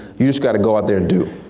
you just gotta go out there and do.